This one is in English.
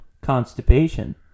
constipation